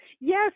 Yes